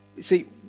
See